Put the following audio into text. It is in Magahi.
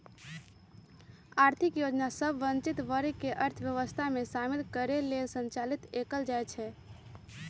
आर्थिक योजना सभ वंचित वर्ग के अर्थव्यवस्था में शामिल करे लेल संचालित कएल जाइ छइ